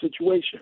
situation